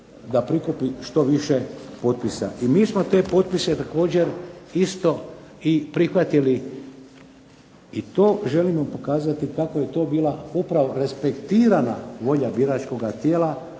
da prikupi što više potpisa. MI smo te potpise isto također prihvatili i to želimo prikazati kako je to bila upravo respektirana volja biračkoga tijela